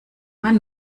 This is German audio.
man